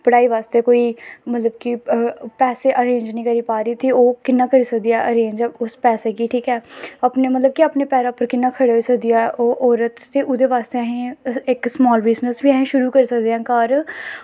पढ़ाई बास्तै कोई मतलब कि पैसे अरेंज़ निं करी पा दी ते ओह् कि'यां करी सकदी ऐ अरेंज उस पैसे गी अरेंज ठीक ऐ अपने मतलब कि अपने पैरें उप्पर कि'यां खड़ा होई सकदी ऐ ओह् औरत ते ओह्दे बास्तै असें इक स्माल बिज़नस बी असें शुरू करी सकदे आं घर